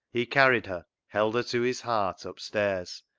he carried her, held to his heart, upstairs,